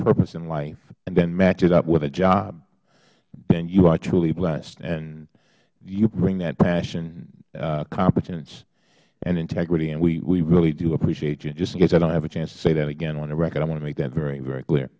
purpose in life and then match it up with a job then you are truly blessed and you bring that passion competence and integrity and we really do appreciate you just in case i don't have a chance to say that again on the record i want to make that very very clear